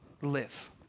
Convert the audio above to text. live